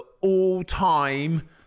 all-time